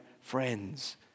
friends